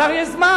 לשר יש זמן.